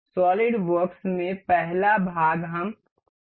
SolidWorks में पहला भाग हम देख सकते हैं